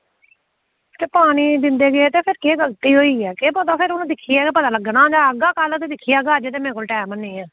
ते पानी दिंदे रेह् ते फिर केह् गलती होई ऐ केह् पता भी हून दिक्खियै पता लग्गना फिर दिक्खियै गै अज्ज ते मेरे कोल टैम ऐ निं ऐ